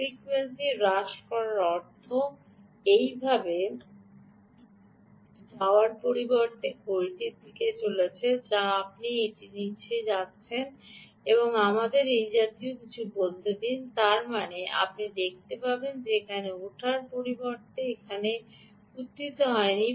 frequency হ্রাস করার অর্থ এইভাবে যাওয়ার পরিবর্তে ঘড়িটি যেতে চলেছে যা আপনি একটি নীচে যাচ্ছেন যাচ্ছেন আমাদের এই জাতীয় কিছু বলতে দিন তার মানে আপনি দেখতে পাবেন যে এখানে ওঠার পরিবর্তে এটি এখানে আসলে উত্থিত হয়নি